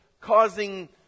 causing